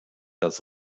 das